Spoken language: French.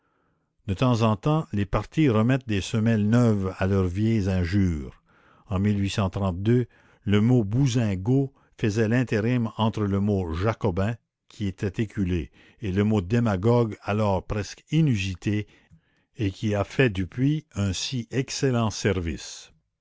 de temps en temps les partis remettent des semelles neuves à leurs vieilles injures en le mot bousingot faisait l'intérim entre le mot jacobin qui était éculé et le mot démagogue alors presque inusité et qui a fait depuis un si excellent service